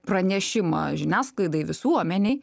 pranešimą žiniasklaidai visuomenei